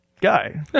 guy